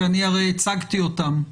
כי אני הרי הצגתי אותם,